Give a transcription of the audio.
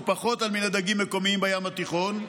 ופחות על מיני דגים מקומיים בים התיכון,